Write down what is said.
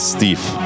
Steve